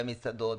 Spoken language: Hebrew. במסעדות,